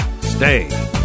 Stay